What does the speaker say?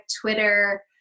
Twitter